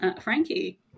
Frankie